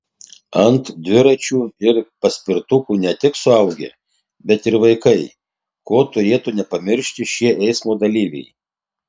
ant dviračių ir paspirtukų ne tik suaugę bet ir vaikai ko turėtų nepamiršti šie eismo dalyviai